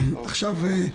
רגע, שנייה.